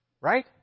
Right